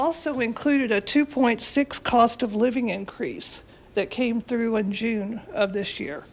also included a two point six cost of living increase that came through in june of this year